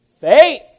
Faith